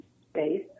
space